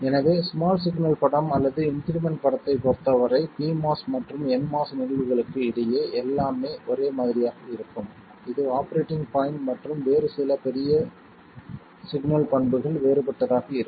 எனவே small signal படம் அல்லது இன்க்ரிமெண்ட் படத்தைப் பொறுத்தவரை pMOS மற்றும் nMOS நிகழ்வுகளுக்கு இடையே எல்லாமே ஒரே மாதிரியாக இருக்கும் இது ஆபரேட்டிங் பாய்ண்ட் மற்றும் வேறு சில பெரிய சிக்னல் பண்புகள் வேறுபட்டதாக இருக்கும்